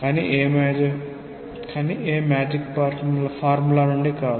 కానీ ఏ magic formula నుండి కాదు